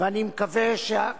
הוא מנסה לסכסך.